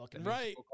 Right